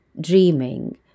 dreaming